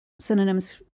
synonyms